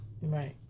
Right